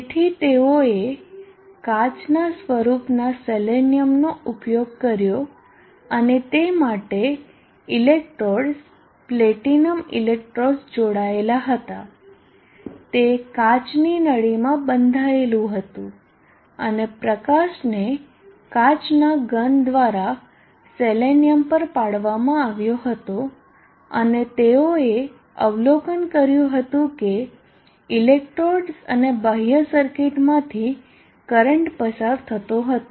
તેથી તેઓએ કાચ ના સ્વરૂપનાં સેલેનિયમનો ઉપયોગ કર્યો અને તે માટે ઇલેક્ટ્રોડ્સ પ્લેટિનમ ઇલેક્ટ્રોડ્સ જોડાયેલા હતા તે કાચની નળીમાં બંધાયેલું હતું અને પ્રકાશને કાચના ઘન દ્વારા સેલેનિયમ પર પાડવામાં આવ્યો હતો અને તેઓ એ અવલોકન કર્યું હતું કે ઇલેક્ટ્રોડ્સ અને બાહ્ય સર્કિટમાંથી કરંટ પસાર થતો હતો